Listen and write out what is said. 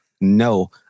no